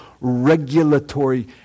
regulatory